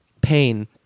pain